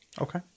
Okay